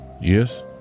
Yes